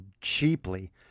cheaply